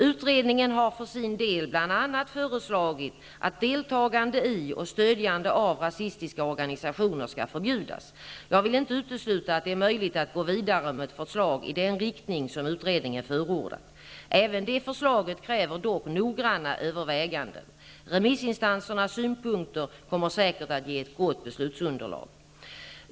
Utredningen har för sin del bl.a. föreslagit att deltagande i och stödjande av rasistiska organisationer skall förbjudas. Jag vill inte utesluta att det är möjligt att gå vidare med ett förslag i den riktning som utredningen förordat. Även det förslaget kräver dock noggranna överväganden. Remissinstansernas synpunkter kommer säkert att ge ett gott beslutsunderlag.